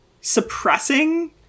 suppressing